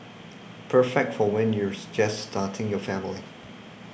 perfect for when you're just starting your family